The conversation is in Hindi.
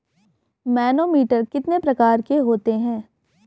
मैनोमीटर कितने प्रकार के होते हैं?